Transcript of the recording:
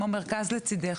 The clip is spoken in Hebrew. כמו מרכז "לצידך",